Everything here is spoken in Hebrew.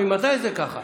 ממתי זה ככה?